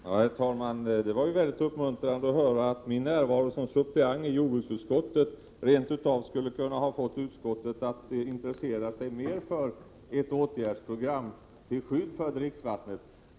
Herr talman! Det var mycket uppmuntrande att höra att min närvaro som suppleant i jordbruksutskottet rent utav skulle ha kunnat få utskottet att intressera sig mer för ett åtgärdsprogram till skydd för dricksvattnet.